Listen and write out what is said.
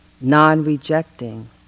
non-rejecting